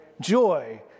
Joy